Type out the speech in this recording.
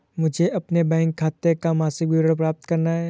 मुझे अपने बैंक खाते का मासिक विवरण प्राप्त करना है?